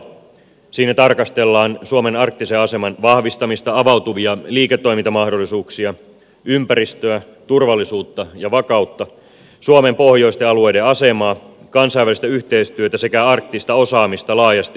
siinä tarkastellaan suomen arktisen aseman vahvistamista avautuvia liiketoimintamahdollisuuksia ympäristöä turvallisuutta ja vakautta suomen pohjoisten alueiden asemaa kansainvälistä yhteistyötä sekä arktista osaamista laajasti ymmärrettynä